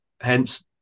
Hence